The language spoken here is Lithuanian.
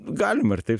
galima ir taip